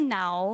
now